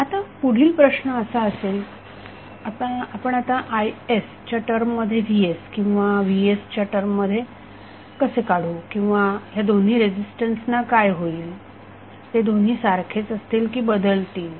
आता पुढील प्रश्न असा असेल आपण आता is च्या टर्ममध्ये vs किंवा vs च्या टर्ममध्ये कसे काढू किंवा ह्या दोन रेझिस्टन्सना काय होईल ते दोन्ही सारखेच जातील की ते बदलतील